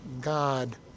God